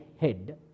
head